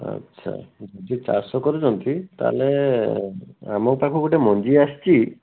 ଆଛା ଯିଏ ଚାଷ କରୁଛନ୍ତି ତାହେଲେ ଆମ ପାଖକୁ ଗୋଟେ ମଞ୍ଜି ଆସିଛି